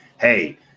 hey